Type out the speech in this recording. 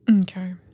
Okay